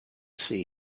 see